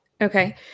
Okay